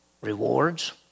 rewards